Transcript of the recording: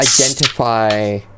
identify